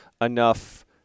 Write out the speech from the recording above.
enough